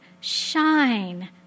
shine